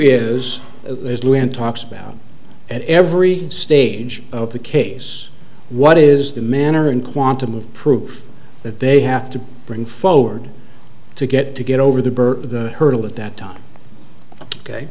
when talks about at every stage of the case what is the manner and quantum of proof that they have to bring forward to get to get over the birth the hurdle at that time ok